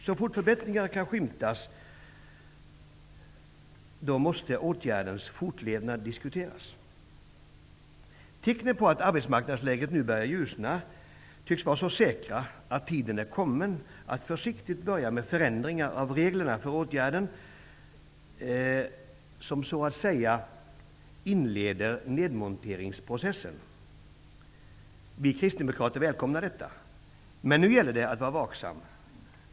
Så fort förbättringar kan skymtas måste åtgärdens fortlevnad diskuteras. Tecknen på att arbetsmarknadsläget nu börjat ljusna tycks vara så säkra att tiden är kommen för att försiktigt börja förändra reglerna för den åtgärd som så att säga inleder nedmonteringsprocessen. Vi kristdemokrater välkomnar detta. Men det gäller att vara vaksam.